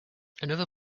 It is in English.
another